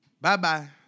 Bye-bye